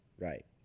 Right